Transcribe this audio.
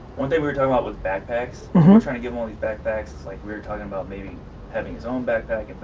what they were talking about was backpacks. we're trying to get more of these backpacks like we were talking about maybe having his own backpack.